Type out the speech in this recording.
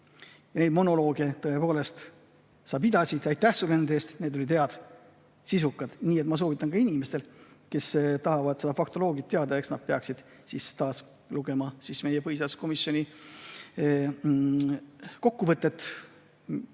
Neid monolooge tõepoolest sa pidasid, aitäh sulle nende eest! Need olid head ja sisukad. Nii et ma soovitan ka inimestel, kes tahavad seda faktoloogiat teada, et nad peaksid taas lugema meie põhiseaduskomisjoni kokkuvõtet.